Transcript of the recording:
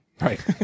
right